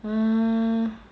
ah